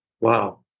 wow